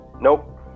Nope